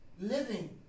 living